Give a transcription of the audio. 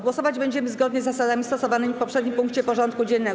Głosować będziemy zgodnie z zasadami stosowanymi w poprzednim punkcie porządku dziennego.